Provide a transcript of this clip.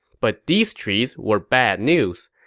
but these trees were bad news.